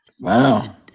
Wow